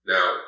Now